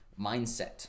mindset